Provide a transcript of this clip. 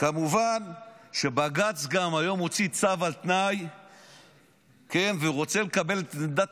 כמובן שבג"ץ הוציא גם היום צו על תנאי ורוצה לקבל את עמדת